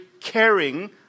caring